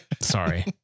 sorry